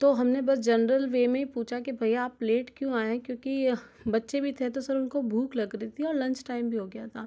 तो हमने बस जनरल वे में पूछा कि भैया आप लेट क्यों आए क्योंकि बच्चे भी थे तो सर उनको भूख लग रही थी और लंच टाइम भी हो गया था